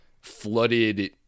flooded